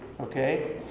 okay